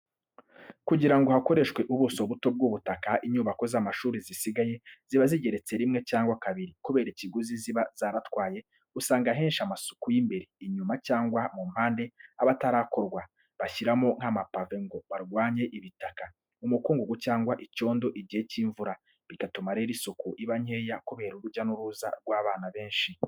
Kugira ngo hakoreshwe ubuso buto bw'ubutaka, inyubako z'amashuri zisigaye ziba zigeretse rimwe cyangwa kabiri. Kubera ikiguzi ziba zaratwaye usanga ahenshi amasuku y'imbere, inyuma cyangwa mu mpande aba atarakorwa, bashyiramo nk'amapave ngo barwanye ibitaka, umukungugu cyangwa icyondo igihe cy'imvura. Bigatuma rero isuku iba nke kubera urujya n'uruza rw'abana benshi.